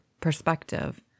perspective